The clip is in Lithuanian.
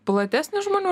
platesnis žmonių